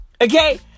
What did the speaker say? Okay